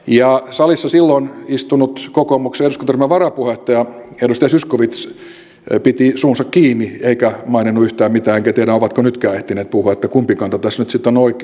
ja salissa silloin istunut kokoomuksen eduskuntaryhmän varapuheenjohtaja edustaja zyskowicz piti suunsa kiinni eikä maininnut yhtään mitään enkä tiedä ovatko nytkään ehtineet puhua kumpi kanta tässä nyt sitten on oikea